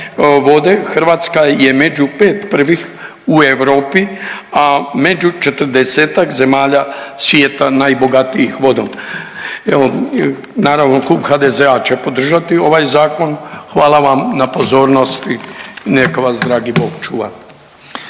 Hrvatska je među pet prvih u Europi, a među 40-ak zemalja svijeta najbogatija vodom. Evo naravno klub HDZ-a će podržati ovaj zakon. Hvala vam na pozornosti i neka vas dragi Bog čuva.